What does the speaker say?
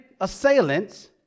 assailants